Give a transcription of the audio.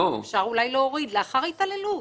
אפשר אולי להוריד ולנסח "לאחר התעללות".